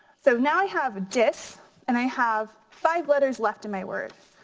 so now i have dis and i have five letters left in my word.